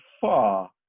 far